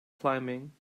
climbing